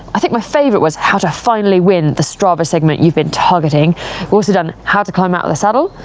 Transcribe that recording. i think my favorite was how to finally win the strava segment you've been targeting. i've also done how to climb out of the saddle,